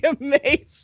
amazing